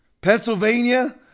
pennsylvania